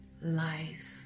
life